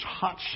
touch